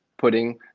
Putting